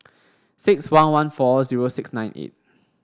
six one one four zero six nine eight